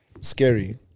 scary